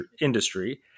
industry